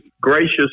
gracious